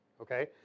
Okay